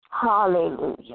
Hallelujah